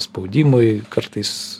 spaudimui kartais